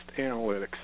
analytics